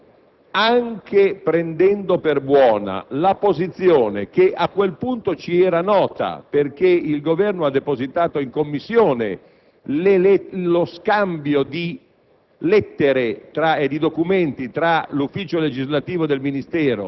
durante quei lavori, io ho sostenuto una certa tesi, anche prendendo per buona la posizione che a quel punto ci era nota, perché il Governo aveva depositato in Commissione lo scambio di